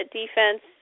defense